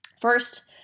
First